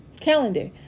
calendar